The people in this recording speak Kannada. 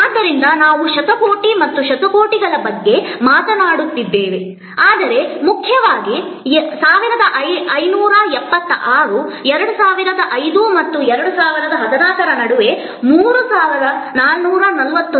ಆದ್ದರಿಂದ ನಾವು ಶತಕೋಟಿ ಮತ್ತು ಶತಕೋಟಿಗಳ ಬಗ್ಗೆ ಮಾತನಾಡುತ್ತಿದ್ದೇವೆ ಆದರೆ ಮುಖ್ಯವಾಗಿ 1576 2005 ಮತ್ತು 2014 ರ ನಡುವೆ 3441 ಕ್ಕೆ ಏರಿದೆ